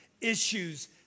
issues